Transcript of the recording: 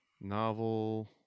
novel